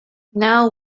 now